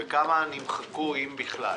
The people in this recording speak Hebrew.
וכמה נמחקו אם בכלל.